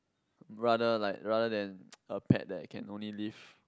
rather like rather than a pet that can only live